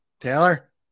Taylor